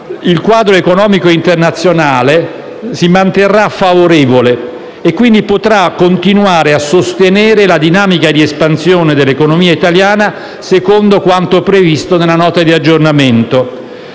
il quadro economico internazionale si manterrà favorevole e, quindi, potrà continuare a sostenere la dinamica di espansione dell'economia italiana secondo quanto previsto nella Nota di aggiornamento.